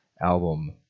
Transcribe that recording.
album